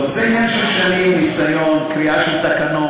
טוב, זה עניין של שנים, ניסיון, קריאה של תקנון.